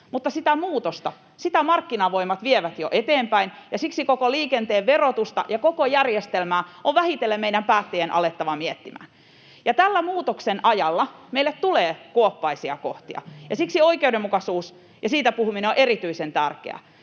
mutta sitä muutosta markkinavoimat vievät jo eteenpäin, ja siksi koko liikenteen verotusta ja koko järjestelmää on meidän päättäjien vähitellen alettava miettimään. Tällä muutoksen ajalla meille tulee kuoppaisia kohtia, ja siksi oikeudenmukaisuus ja siitä puhuminen on erityisen tärkeää.